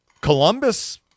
Columbus